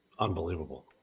Unbelievable